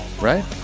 Right